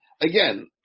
again